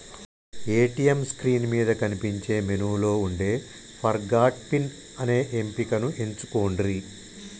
ATM screen మీద కనిపించే మెనూలో వుండే ఫర్గాట్ పిన్ అనే ఎంపికను ఎంచుకొండ్రి